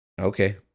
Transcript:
Okay